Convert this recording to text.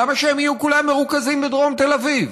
למה שהם יהיו כולם מרוכזים בדרום תל אביב?